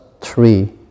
three